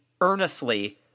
earnestly